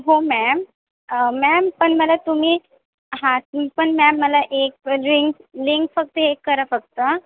हो ma'am ma'am पण मला तुम्ही हां पण मॅम मला एक लिंक लिंक फक्त एक करा फक्त